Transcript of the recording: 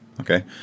Okay